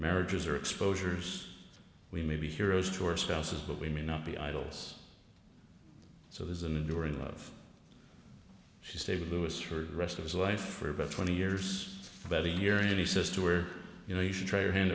marriages are exposures we may be heroes to ourselves what we may not be idols so there's an enduring love she stayed was for the rest of his life for about twenty years about a year and he says to or you know you should try your hand